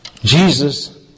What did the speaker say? Jesus